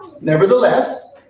Nevertheless